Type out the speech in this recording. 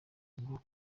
ngo